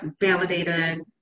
validated